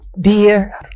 Beer